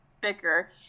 bicker